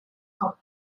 cup